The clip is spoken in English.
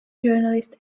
journalist